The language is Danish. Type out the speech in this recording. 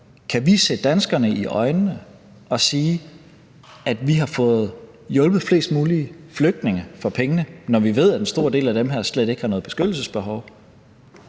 Kan vi se danskerne i øjnene og sige, at vi har fået hjulpet flest mulige flygtninge for pengene, når vi ved, at en stor del af dem her slet ikke har noget beskyttelsesbehov?